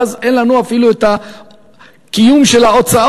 ואז אין לנו אפילו הקיום של ההוצאות,